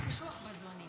אתה קשוח בזמנים,